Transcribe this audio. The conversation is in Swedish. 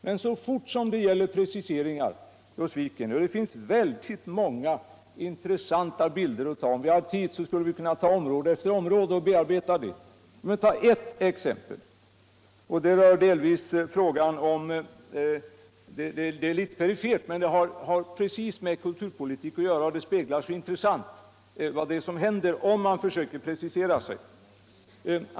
Men så fort det gäller preciseringar sviker ni. Det finns många intressanta exempel på det. Om vi hade tid skulle vi kunna bearbeta område för område. Låt mig här bara ta ett exempel. Det är litet perifert, men det har just med kulturpolitik att göra och speglar mycket flagrant vad som händer om man försöker precisera sig.